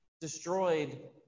destroyed